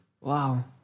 Wow